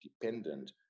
dependent